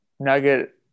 nugget